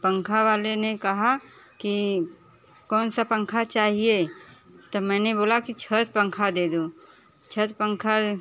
पंखा वाले ने कहा कि कौन सा पंखा चाहिए तब मैंने बोला की छत पंखा दे दो छत पंखा